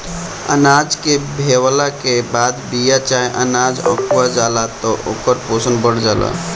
अनाज के भेवला के बाद बिया चाहे अनाज अखुआ जाला त ओकर पोषण बढ़ जाला